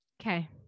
Okay